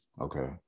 Okay